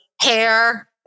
hair